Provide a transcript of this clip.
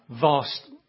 vast